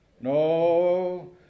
No